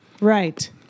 Right